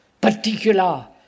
particular